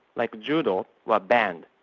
like judo, were banned.